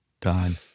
time